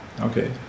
okay